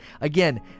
Again